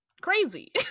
crazy